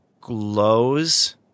glows